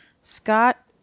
Scott